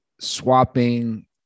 swapping